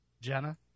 Jenna